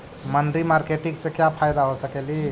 मनरी मारकेटिग से क्या फायदा हो सकेली?